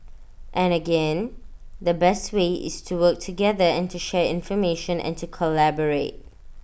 and again the best way is to work together and to share information and to collaborate